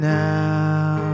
now